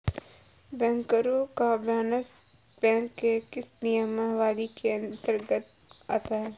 बैंकरों का bonus bank के किस नियमावली के अंतर्गत आता है?